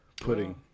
pudding